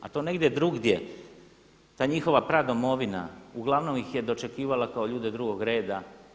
A to negdje drugdje, ta njihova pradomovina uglavnom ih je dočekivala kao ljude drugog reda.